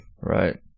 Right